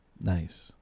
Nice